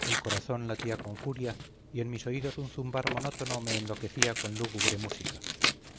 el corazón latía con furia y en mis oídos un zumbar monótono me enloquecía con lúgubre música